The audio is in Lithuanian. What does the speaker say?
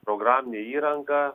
programinė įranga